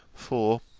for,